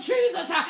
Jesus